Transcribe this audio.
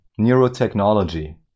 neurotechnology